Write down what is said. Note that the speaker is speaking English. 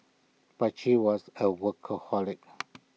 but she was A workaholic